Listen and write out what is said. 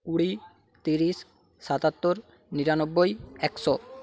কুড়ি তিরিশ সাতাত্তর নিরানব্বই একশো